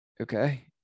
okay